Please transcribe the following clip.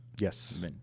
Yes